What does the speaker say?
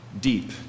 deep